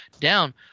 down